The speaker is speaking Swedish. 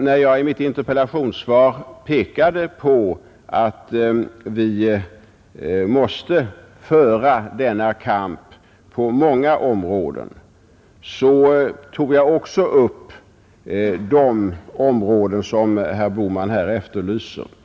När jag i mitt interpellationssvar pekade på att vi måste föra denna kamp på många områden så tog jag också upp de områden som herr Bohman här efterlyser.